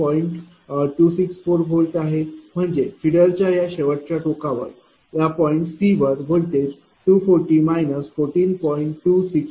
264 V आहे म्हणजे फिडरच्या या शेवटच्या टोकावर पॉईंट C वर व्होल्टेज 240 14